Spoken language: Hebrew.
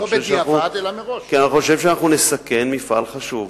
כי אני חושב שאנחנו נסכן מפעל חשוב.